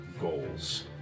goals